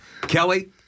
Kelly